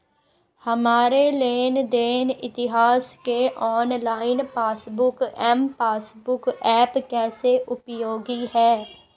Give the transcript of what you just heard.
हमारे लेन देन इतिहास के online passbook M passbook app कैसे उपयोगी है?